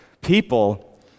people